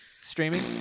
streaming